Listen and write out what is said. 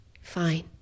fine